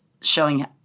showing –